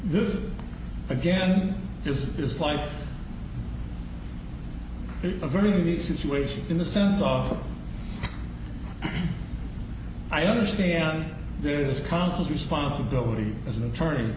this is again this is like a very unique situation in the sense of i understand there is counsel responsibility as an attorney